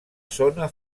zona